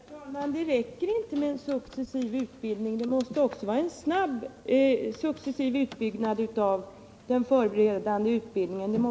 Herr talman! Det räcker inte med en successiv utbyggnad av utbildningen. Det måste också vara en snabb utbyggnad av den förberedande utbildningen.